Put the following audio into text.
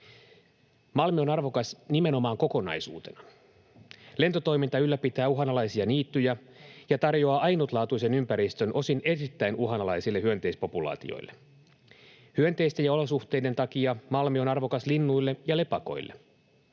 Malmi on arvokas nimenomaan kokonaisuutena. Lentotoiminta ylläpitää uhanalaisia niittyjä ja tarjoaa ainutlaatuisen ympäristön osin erittäin uhanalaisille hyönteispopulaatioille. Hyönteisten ja olosuhteiden takia Malmi on arvokas linnuille ja lepakoille.